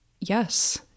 Yes